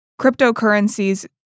cryptocurrencies